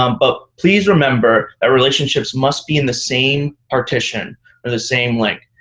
um but please remember that relationships must be in the same partition or the same link.